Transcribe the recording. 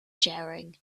sharing